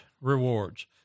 rewards